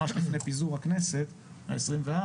ממש לפני פיזור הכנסת ה-24,